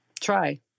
Try